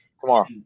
Tomorrow